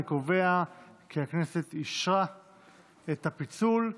אני קובע כי הכנסת אישרה את הפיצול.